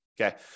Okay